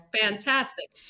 fantastic